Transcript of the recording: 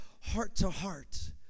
heart-to-heart